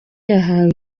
yahawe